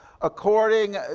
according